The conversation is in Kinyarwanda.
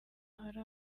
hari